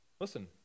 listen